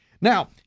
Now